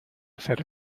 hacer